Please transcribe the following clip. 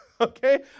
okay